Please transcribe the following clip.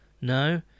No